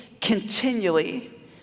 continually